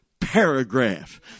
paragraph